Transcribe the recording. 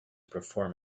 perform